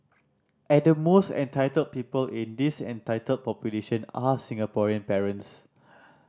and the most entitled people in this entitled population are Singaporean parents